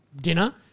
dinner